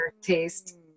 taste